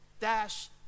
dash